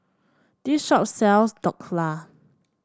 this shop sells Dhokla